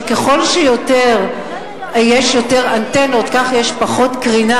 שככל שיש יותר אנטנות כך יש פחות קרינה?